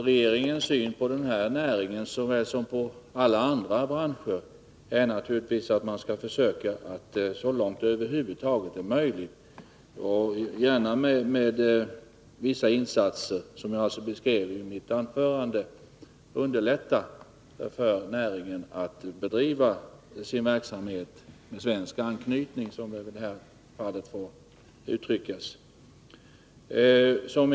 Regeringens strävan när det gäller denna näring såväl som alla andra branscher är naturligtvis att vi så långt som det över huvud taget är möjligt, och då gärna med sådana insatser som jag beskrev i mitt svar, skall försöka underlätta för näringen att bedriva sin verksamhet med — så får vi väl uttrycka det i detta fall — svensk anknytning.